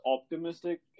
optimistic